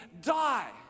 die